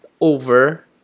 over